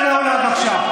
צא מהאולם, בבקשה.